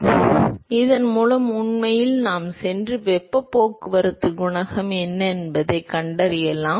எனவே இதன் மூலம் உண்மையில் நாம் சென்று வெப்பப் போக்குவரத்து குணகம் என்ன என்பதைக் கண்டறியலாம்